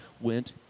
went